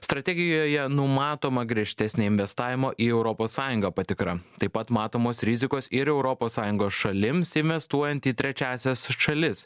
strategijoje numatoma griežtesnė investavimo į europos sąjungą patikra taip pat matomos rizikos ir europos sąjungos šalims investuojant į trečiąsias šalis